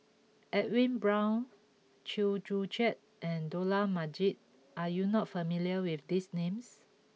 Edwin Brown Chew Joo Chiat and Dollah Majid are you not familiar with these names